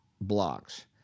blocks